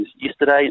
yesterday